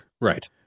Right